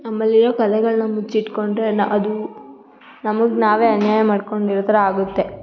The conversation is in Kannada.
ನಮ್ಮಲ್ಲಿರೋ ಕಲೆಗಳನ್ನ ಮುಚ್ಚಿಟ್ಟುಕೊಂಡ್ರೆ ನ ಅದು ನಮಗೆ ನಾವೇ ಅನ್ಯಾಯ ಮಾಡಿಕೊಂಡಿರೋ ಥರ ಆಗುತ್ತೆ